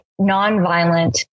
nonviolent